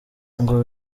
ngo